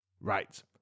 Right